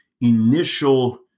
initial